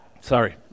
Sorry